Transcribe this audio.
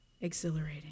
exhilarating